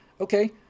okay